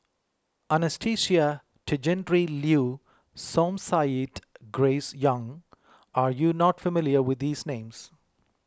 Anastasia Tjendri Liew Som Said Grace Young are you not familiar with these names